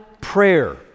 prayer